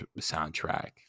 soundtrack